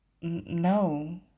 no